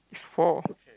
it's four